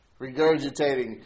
Regurgitating